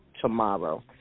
tomorrow